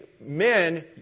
men